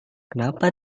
kenapa